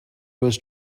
was